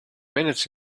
minutes